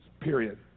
period